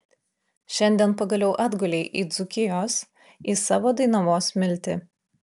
šiandien pagaliau atgulei į dzūkijos į savo dainavos smiltį